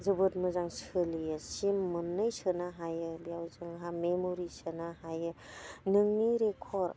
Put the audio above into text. जोबोद मोजां सोलियो सिम मोननै सोनो हायो बेयाव जोंहा मेम'रि सोनो हायो नोंनि रेखर्द